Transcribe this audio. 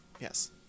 yes